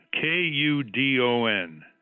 K-U-D-O-N